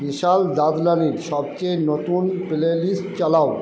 বিশাল দাদলানির সবচেয়ে নতুন প্লেলিস্ট চালাও